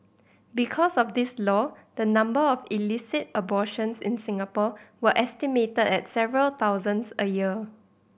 because of this law the number of illicit abortions in Singapore were estimated at several thousands a year